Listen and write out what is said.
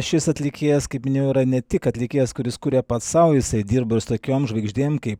šis atlikėjas kaip minėjau yra ne tik atlikėjas kuris kuria pats sau jisai dirba ir tokiom žvaigždėm kaip